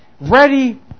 ready